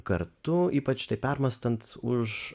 kartu ypač tai permąstant už